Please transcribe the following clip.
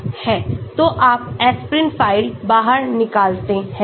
तो आप aspirin file बाहर निकालते हैं